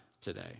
today